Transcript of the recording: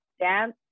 dance